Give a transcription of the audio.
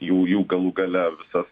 jų jų galų gale visas